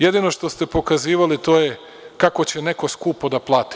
Jedino što ste pokazivali to je kako će neko skupo da plati.